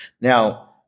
Now